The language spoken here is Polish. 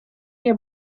nie